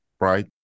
right